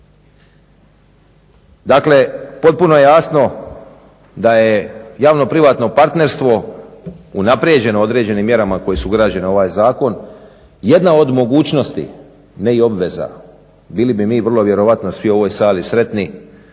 Dakle, potpuno je jasno da je javno privatno partnerstvo unaprijeđeno određenim mjerama koje su ugrađene u ovaj zakon. Jedna od mogućnosti, ne i obveza bili bi mi vrlo vjerojatno svi u ovoj sali sretni